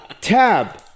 Tab